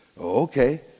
Okay